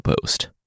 post